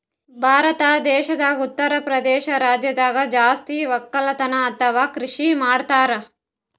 ಭಾರತ್ ದೇಶದಾಗ್ ಉತ್ತರಪ್ರದೇಶ್ ರಾಜ್ಯದಾಗ್ ಜಾಸ್ತಿ ವಕ್ಕಲತನ್ ಅಥವಾ ಕೃಷಿ ಮಾಡ್ತರ್